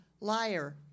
liar